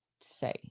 say